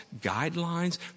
guidelines